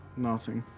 nothing.